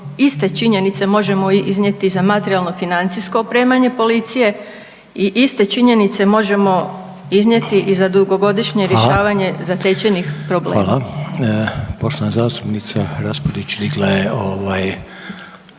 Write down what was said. iste činjenice možemo iznijeti i za materijalno financijsko opremanje policije i iste činjenice možemo iznijeti i za dugogodišnje rješavanje zatečenih problema. **Reiner, Željko (HDZ)** Hvala. Poštovana zastupnica Raspudić digla je ovaj